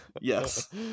Yes